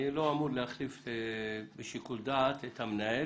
אני לא אמור להחליף בשיקול דעת את המנהל